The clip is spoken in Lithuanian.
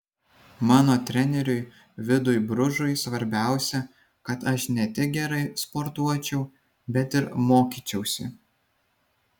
mano treneriui vidui bružui svarbiausia kad aš ne tik gerai sportuočiau bet ir mokyčiausi